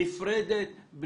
נפרדת.